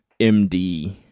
MD